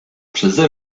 przeze